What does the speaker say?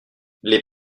les